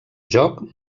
joc